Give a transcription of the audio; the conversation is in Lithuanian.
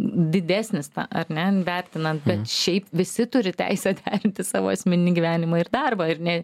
didesnis ar ne vertinant bet šiaip visi turi teisę derinti savo asmeninį gyvenimą ir darbą ir ne